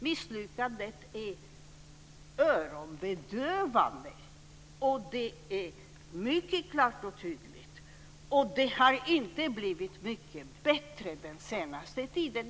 Misslyckandet är öronbedövande. Det är mycket klart och tydligt, och det har inte blivit mycket bättre under den senaste tiden.